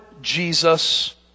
jesus